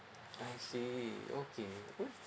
I see okay